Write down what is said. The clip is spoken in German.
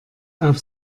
auf